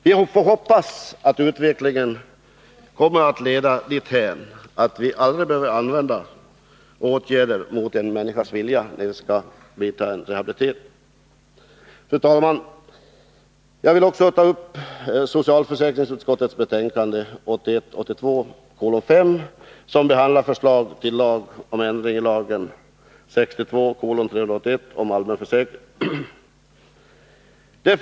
Vi får hoppas att utvecklingen kommer att leda dithän att vi aldrig behöver använda åtgärder mot en människas vilja när det gäller rehabilitering. Fru talman! Jag vill också ta upp socialförsäkringsutskottets betänkande 1981/82:5, som behandlar förslag till lag om ändring i lagen om allmän försäkring.